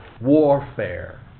warfare